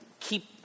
keep